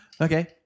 Okay